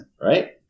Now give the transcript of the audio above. Right